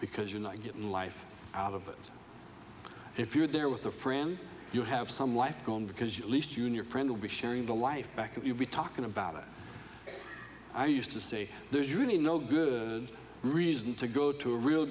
because you're not getting life out of it if you're there with a friend you have some life going because you least yunior friend will be sharing the life back and you'll be talking about it i used to say there's really no good reason to go to a real